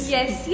Yes